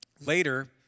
later